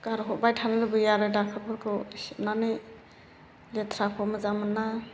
गारहरबाय थानो लुबैयो आरो दाखोरफोरखौ सिबनानै लेथ्राखौ मोजां मोना